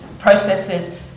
processes